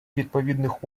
відповідних